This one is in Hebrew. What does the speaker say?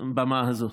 הבמה הזאת.